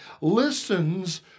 listens